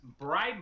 bribe